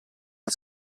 una